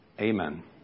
amen